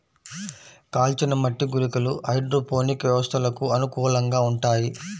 కాల్చిన మట్టి గుళికలు హైడ్రోపోనిక్ వ్యవస్థలకు అనుకూలంగా ఉంటాయి